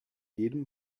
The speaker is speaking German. jedem